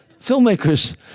filmmakers